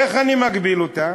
איך אני מגביל אותה?